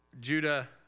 Judah